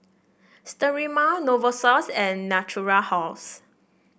Sterimar Novosource and Natura House